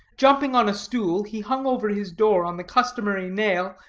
jumping on a stool, he hung over his door, on the customary nail,